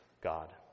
God